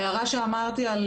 ההערה שהערתי על